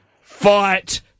Fight